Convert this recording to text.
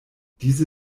diese